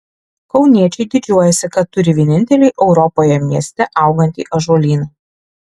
kauniečiai didžiuojasi kad turi vienintelį europoje mieste augantį ąžuolyną